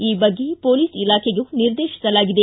ಈ ಬಗ್ಗೆ ಪೊಲೀಸ್ ಇಲಾಖೆಗೂ ನಿರ್ದೇತಿಸಲಾಗಿದೆ